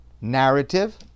narrative